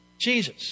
Jesus